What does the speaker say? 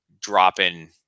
dropping